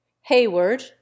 Hayward